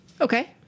Okay